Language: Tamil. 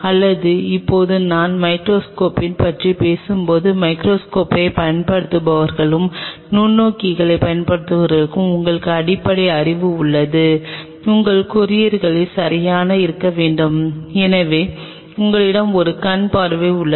அல்லது இப்போது நாம் மைகிரோஸ்கோப்பை பற்றி பேசும்போது மைகிரோஸ்கோப்பை பயன்படுத்தியவர்களும் நுண்ணோக்கியைப் பயன்படுத்தியவர்களும் உங்களுக்கு அடிப்படை அறிவு உள்ளது உங்கள் கூரியரில் சரியாக இருக்க வேண்டும் எனவே உங்களிடம் ஒரு கண் பார்வை உள்ளது